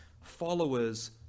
followers